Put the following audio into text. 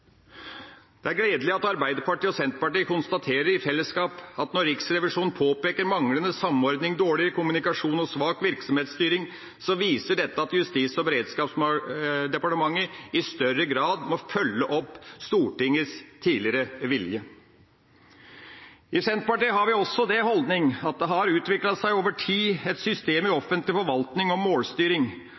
Det er gledelig at Arbeiderpartiet og Senterpartiet konstaterer i fellesskap at «når Riksrevisjonen påpeker manglende samordning, dårlig kommunikasjon og svak virksomhetsstyring, viser dette at Justis- og beredskapsdepartementet i større grad må følge opp Stortingets tidligere vedtak». I Senterpartiet har vi også den holdning at det har utviklet seg over tid et system i offentlig forvaltning om målstyring. Dette i kombinasjon med ulik begrepsbruk og